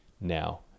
now